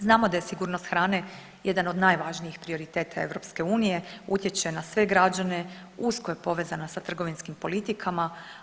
Znamo da je sigurnost hrane jedan od najvažnijih prioriteta EU, utječe na sve građane, usko je povezana sa trgovinskim politikama.